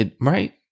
Right